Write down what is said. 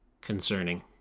concerning